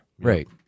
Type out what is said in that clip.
Right